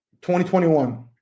2021